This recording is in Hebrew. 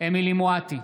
אמילי חיה מואטי,